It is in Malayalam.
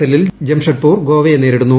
എല്ലിൽ ജംഷഡ്പൂർ ഗോവയെ നേരിടുന്നു